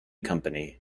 company